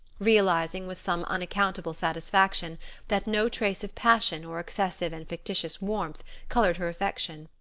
realizing with some unaccountable satisfaction that no trace of passion or excessive and fictitious warmth colored her affection,